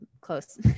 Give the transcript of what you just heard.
close